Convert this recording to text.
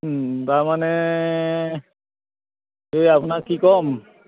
তাৰমানে এই আপোনাক কি ক'ম